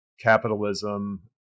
capitalism